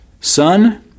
Son